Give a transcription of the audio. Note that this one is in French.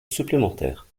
supplémentaire